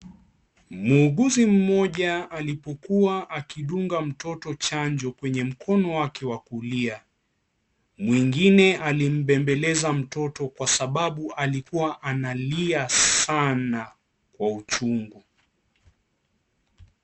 Muuguzi mmoja alipokuwa akidunga mtoto chanjo kwenye mkono wake wa kulia, mwingine alimbebeleza mtoto kwa sababu alikuwa analia sana kwa uchungu.